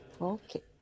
Okay